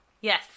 yes